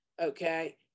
okay